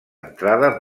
entrada